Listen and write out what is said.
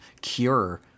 cure